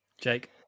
Jake